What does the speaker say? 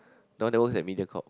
the one that works at Mediacorp